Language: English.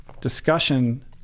discussion